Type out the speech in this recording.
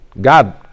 God